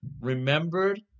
remembered